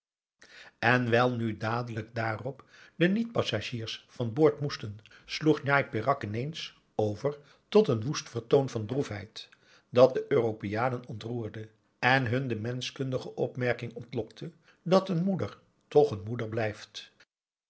wijl nu dadelijk daarop de niet passagiers van boord moesten sloeg njai peraq ineens over tot een woest vertoon van droefheid dat de europeanen ontroerde en hun de menschkundige opmerking ontlokte dat een moeder toch een moeder blijft